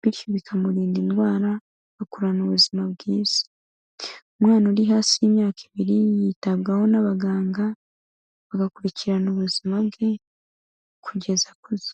bityo bikamurinda indwara agakurana ubuzima bwiza, umwana uri hasi y'imyaka ibiri yitabwaho n'abaganga bagakurikirana ubuzima bwe kugeza akuze.